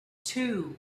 two